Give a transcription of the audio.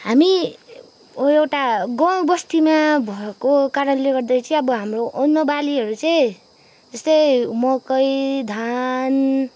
हामी एउटा गाउँ बस्तीमा भएको कारणले गर्दा चाहिँ अब हाम्रो अन्न बालीहरू चाहिँ जस्तै मकै धान